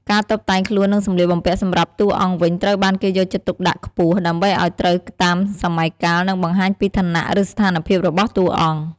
ការតុបតែងខ្លួននិងសម្លៀកបំពាក់សម្រាប់តួអង្គវិញត្រូវបានគេយកចិត្តទុកដាក់ខ្ពស់ ដើម្បីឱ្យត្រូវតាមសម័យកាល និងបង្ហាញពីឋានៈ ឬស្ថានភាពរបស់តួអង្គ ។